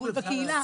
לטיפול בקהילה.